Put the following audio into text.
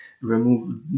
remove